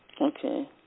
Okay